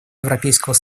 европейского